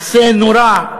מעשה נורא,